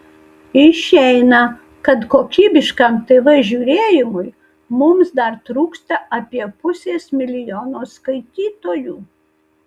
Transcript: išeina kad kokybiškam tv žiūrėjimui mums dar trūksta apie pusės milijono skaitytojų